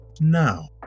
now